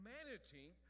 humanity